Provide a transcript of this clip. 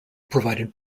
provided